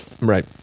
right